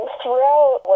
throughout